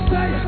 Say